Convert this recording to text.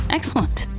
Excellent